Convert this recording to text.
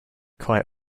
quite